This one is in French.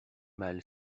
mal